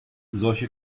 solche